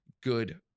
good